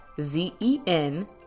Z-E-N